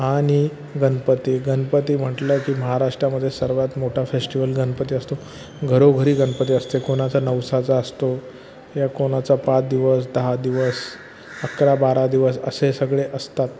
आणि गणपती गणपती म्हटलं की महाराष्ट्रामध्ये सर्वात मोठा फेष्टिवल गणपती असतो घरोघरी गणपती असते कोणाचा नवसाचा असतो या कोणाचा पाच दिवस दहा दिवस अकरा बारा दिवस असे सगळे असतात